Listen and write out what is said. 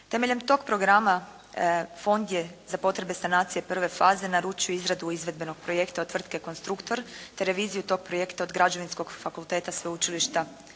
Temeljem tog programa fond je za potrebe sanacije prve faze naručio izradu izvedbenog projekta od tvrtke "Konstruktor" te reviziju tog projekta od Građevinskog fakulteta sveučilišta